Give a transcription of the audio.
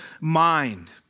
mind